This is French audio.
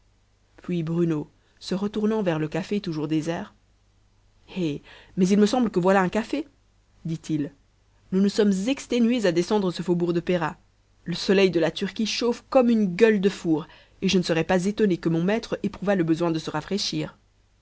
puis bruno se retournant vers le café toujours désert eh mais il me semble que voilà un café dit-il nous nous sommes exténués à descendre ce faubourg de péra le soleil du la turquie chauffe comme une gueule de four et je ne serais pas étonné que mon maître éprouvât le besoin de se rafraîchir